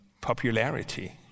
popularity